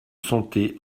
santé